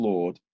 Lord